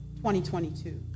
2022